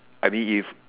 I mean if